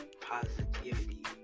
positivity